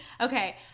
Okay